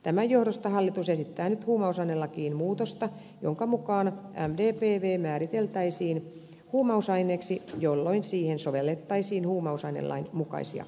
tämän johdosta hallitus esittää nyt huumausainelakiin muutosta jonka mukaan mdpv määriteltäisiin huumausaineeksi jolloin siihen sovellettaisiin huumausainelain mukaisia yleiskieltoja